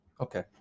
okay